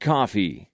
Coffee